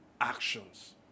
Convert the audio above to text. actions